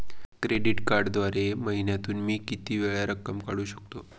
Credit कार्डद्वारे महिन्यातून मी किती वेळा रक्कम काढू शकतो?